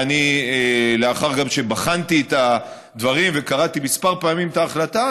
ולאחר שגם בחנתי את הדברים וקראתי כמה פעמים את ההחלטה,